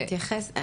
אני אתייחס.